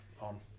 on